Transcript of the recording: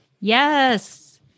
yes